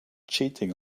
cheating